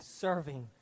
serving